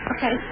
Okay